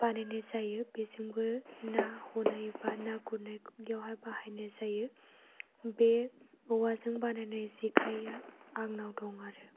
बानायनाय जायो बेजोंबो ना हनाय बा ना गुरनायावहाय बाहायनाय जायो बे औवाजों बानायनाय जेखाइया आंनाव दं आरो